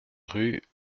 rue